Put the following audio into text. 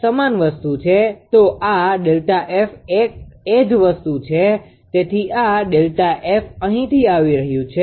તો આ Δf એ જ વસ્તુ છે તેથી આ Δf અહીંથી આવી રહ્યું છે